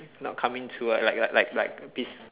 not coming to like like like like peace